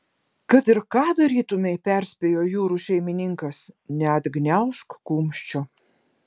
kad ir ką darytumei perspėjo jūrų šeimininkas neatgniaužk kumščio